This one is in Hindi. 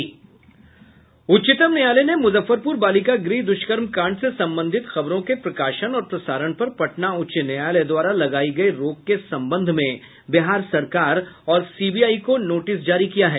उच्चतम न्यायालय ने मुजफ्फरपुर बालिका गृह दुष्कर्म कांड से संबंधित खबरों के प्रकाशन और प्रसारण पर पटना उच्च न्यायालय द्वारा लगायी गयी रोक के संबंध में बिहार सरकार और सीबीआई को नोटिस जारी किया है